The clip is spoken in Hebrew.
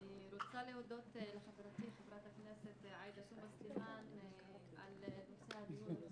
אני רוצה להודות לחברתי חברת הכנסת עאידה תומא סלימאן על נושא הדיון.